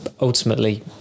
ultimately